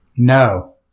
No